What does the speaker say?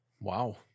Wow